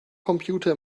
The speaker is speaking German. computer